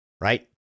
Right